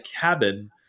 cabin